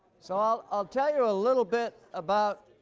so i'll i'll tell you a little bit about